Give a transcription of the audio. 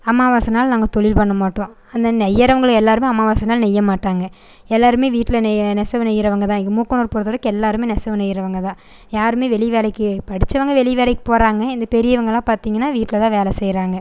அமாவாசை நாள் நாங்கள் தொழில் பண்ண மாட்டோம் அந்த நெய்றவங்க எல்லோருமே அமாவாசை நாள் நெய்ய மாட்டாங்க எல்லோருமே வீட்டில் நெ நெசவு நெய்யறவங்க தான் இங்கே மூக்கனூர் பொறுத்தவரைக்கும் எல்லோருமே நெசவு நெய்யறவங்க தான் யாரும் வெளி வேலைக்கு படித்தவங்க வெளி வேலைக்கு போகிறாங்க இந்த பெரியவங்களாம் பார்த்திங்கன்னா வீட்டில் தான் வேலை செய்கிறாங்க